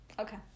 Okay